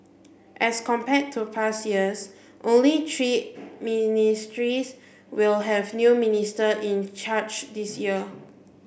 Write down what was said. as compared to past years only three ministries will have new minister in charge this year